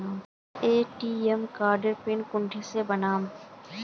ATM कार्डेर PIN कुंसम के बनाम?